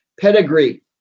pedigree